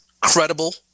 credible